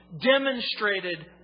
demonstrated